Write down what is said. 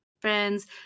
friends